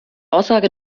aussage